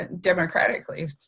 democratically